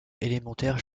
élémentaire